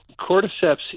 cordyceps